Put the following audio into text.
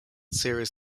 series